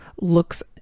looks